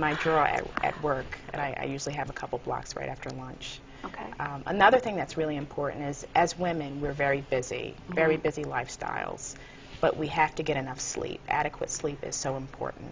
right at work and i usually have a couple blocks right after lunch ok another thing that's really important is as women we're very busy very busy lifestyles but we have to get enough sleep adequate sleep is so important